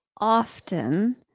often